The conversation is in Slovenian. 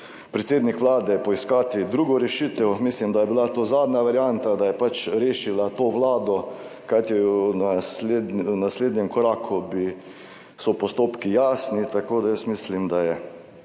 predsednik Vlade poiskati drugo rešitev, mislim, da je bila to zadnja varianta, da je rešila to Vlado, kajti v naslednjem koraku so postopki jasni, tako da jaz mislim, da je